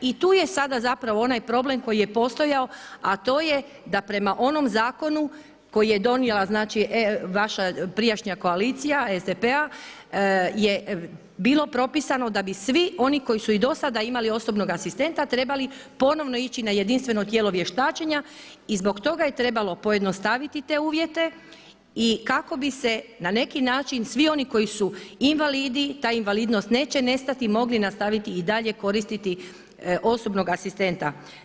I tu je sada zapravo onaj problem koji je postojao, a to je da prema onom zakonu koji je donijela vaša prijašnja koalicija SDP-a je bilo propisano da bi svi oni koji su i do sada imali osobnog asistenta trebali ponovno ići na jedinstveno tijelo vještačenja i zbog toga je trebalo pojednostaviti te uvjete i kako bi se na neki način svi koji su invalidi ta invalidnost neće nestati, mogli nastaviti i dalje koristiti osobnog asistenta.